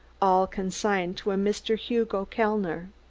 all consigned to a mr. hugo kellner.